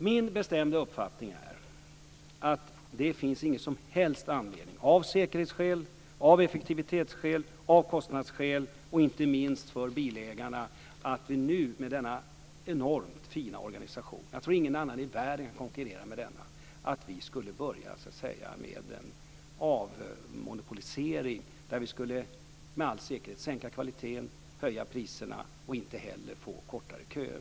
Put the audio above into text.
Min bestämda uppfattning är att det inte finns någon som helst anledning att av säkerhetsskäl, effektivitetsskäl, kostnadsskäl inte minst för bilägarna nu med denna enormt fina organisation - jag tror ingen annan i världen kan konkurrera med denna - börja med en avmonopolisering där vi med alla säkerhet skulle sänka kvaliteten, höja priserna men ändå inte få kortare köer.